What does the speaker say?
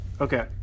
Okay